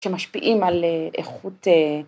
‫שמשפיעים על איכות...